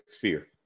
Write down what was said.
fear